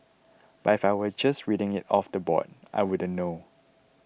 but if I were just reading it off the board I wouldn't know